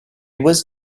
was